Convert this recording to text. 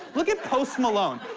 look at post malone,